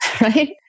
right